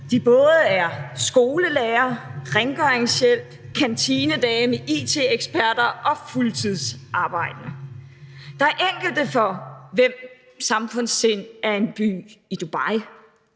de både er skolelærere, rengøringshjælp, kantinedamer, it-eksperter og fuldtidsarbejdende. Der er enkelte, for hvem samfundssind er en by i Dubai.